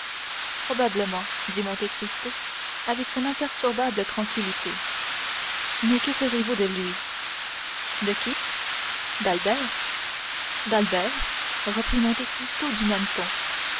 probablement dit monte cristo avec son imperturbable tranquillité mais que ferez-vous de lui de qui d'albert d'albert reprit monte cristo du même ton